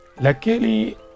Luckily